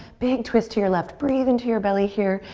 big twist to your left. breathe into your belly here,